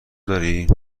داری